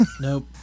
Nope